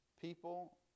people